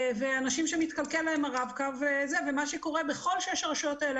מה שקורה בכל שש הרשויות האלה,